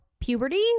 puberty